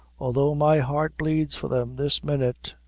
although my heart bleeds for them this minute.